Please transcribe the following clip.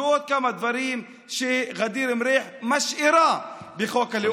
ועוד כמה דברים שע'דיר מריח משאירה בחוק הלאום.